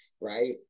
right